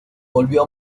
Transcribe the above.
volvió